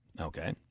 Okay